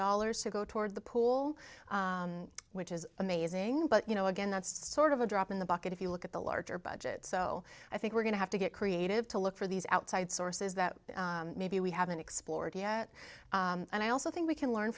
dollars to go toward the pool which is amazing but you know again that's thought of a drop in the bucket if you look at the larger budget so i think we're going to have to get creative to look for these outside sources that maybe we haven't explored yet and i also think we can learn